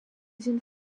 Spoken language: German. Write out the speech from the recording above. sind